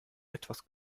etwas